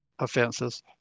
offenses